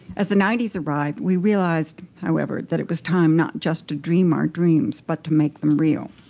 as the ninety s arrived, we realized, however, that it was time not just to dream our dreams, but to make them real.